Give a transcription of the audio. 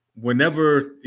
whenever